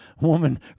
woman